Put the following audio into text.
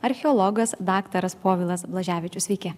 archeologas daktaras povilas blaževičius sveiki